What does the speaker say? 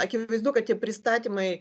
akivaizdu kad tie pristatymai